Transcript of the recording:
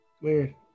Weird